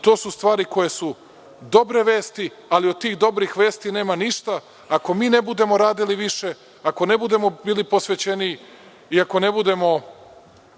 To su stvari koje su dobre vesti, ali od tih dobrih vesti nema ništa ako ne budemo radili više, ako ne budemo bili posvećeni i ako ne budemo